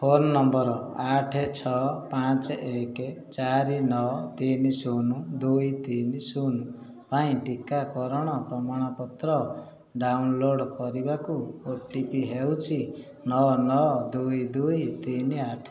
phone number ଆଠ ଛଅ ପାଞ୍ଚେ ଏକ ଚାରି ନଅ ତିନି ଶୂନ ଦୁଇ ତିନି ଶୂନ ପାଇଁ ଟିକାକରଣ ପ୍ରମାଣପତ୍ର ଡ଼ାଉନଲୋଡ଼୍ କରିବାକୁ ଓ ଟି ପି ହେଉଛି ନଅ ନଅ ଦୁଇ ଦୁଇ ତିନି ଆଠ